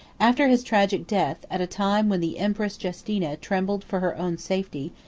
after his tragic death, at a time when the empress justina trembled for her own safety,